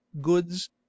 goods